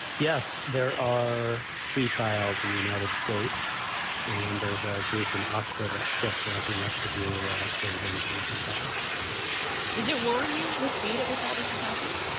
yes, there are three trials in the united states and there's a group in oxford that's just ramping up to do phase one clinical trial does it worry you the speed at which all this is happening?